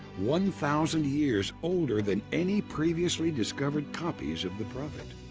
one thousand years older than any previously discovered copies of the prophet.